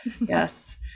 Yes